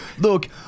Look